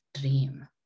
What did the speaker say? dream